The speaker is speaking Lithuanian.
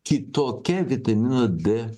kitokia vitamino d